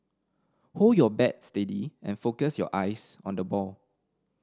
hold your bat steady and focus your eyes on the ball